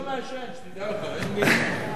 למה תמיד לרדוף אחרי איזו סיגריה?